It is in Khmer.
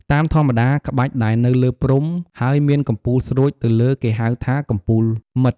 តាមធម្មតា ក្បាច់ដែលនៅលើព្រំ ហើយមានកំពូលស្រួចទៅលើគេហៅថា “កំពូលម៉ិត”។